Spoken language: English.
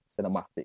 cinematic